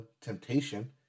Temptation